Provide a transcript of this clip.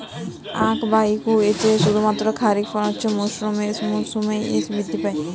আখ বা ইক্ষু কি শুধুমাত্র খারিফ মরসুমেই বৃদ্ধি পায়?